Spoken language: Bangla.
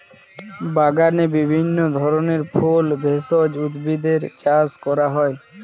বাগানে বিভিন্ন ধরনের ফুল, ভেষজ উদ্ভিদের চাষ করা হয়